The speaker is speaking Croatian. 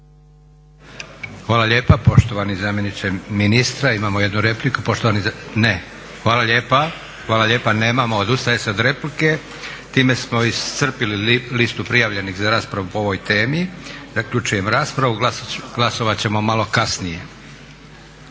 Hvala lijepa poštovani zamjeniče ministra. Imamo jednu repliku? Ne? Hvala lijepa, nemamo. Odustaje se od replike. Time smo iscrpili listu prijavljenih za raspravu po ovoj temi. Zaključujem raspravu. Glasovat ćemo malo kasnije.